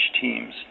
teams